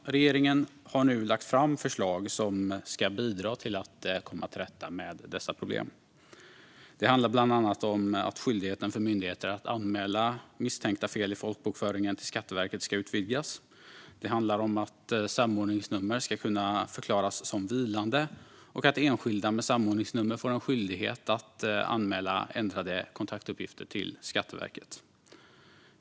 Regeringen har nu lagt fram förslag som ska bidra till att komma till rätta med dessa problem. Det handlar bland annat om att skyldigheten för myndigheter att anmäla misstänkta fel i folkbokföringen till Skatteverket ska utvidgas. Det handlar om att samordningsnummer ska kunna förklaras som vilande och att enskilda med samordningsnummer får en skyldighet att anmäla ändrade kontaktuppgifter till Skatteverket.